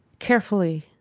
carefully.